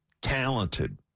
talented